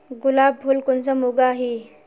गुलाब फुल कुंसम उगाही?